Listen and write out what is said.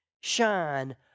shine